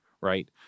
right